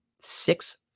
six